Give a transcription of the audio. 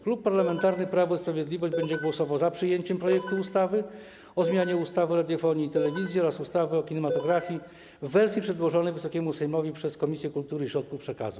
Klub Parlamentarny Prawo i Sprawiedliwość będzie głosował za przyjęciem projektu ustawy o zmianie ustawy o radiofonii i telewizji oraz ustawy o kinematografii w wersji przedłożonej Wysokiemu Sejmowi przez Komisję Kultury i Środków Przekazu.